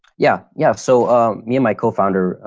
yeah, yeah. so me and my co founder,